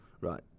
right